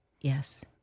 Yes